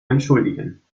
entschuldigen